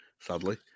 sadly